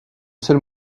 seul